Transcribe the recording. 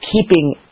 keeping